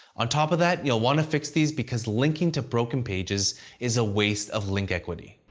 on top of that, you'll want to fix these because linking to broken pages is a waste of link equity.